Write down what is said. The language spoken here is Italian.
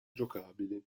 giocabili